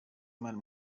imana